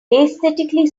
aesthetically